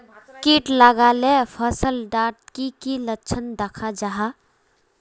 किट लगाले फसल डात की की लक्षण दखा जहा?